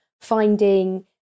finding